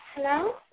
Hello